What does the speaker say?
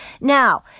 Now